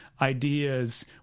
ideas